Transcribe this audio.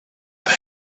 they